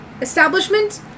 establishment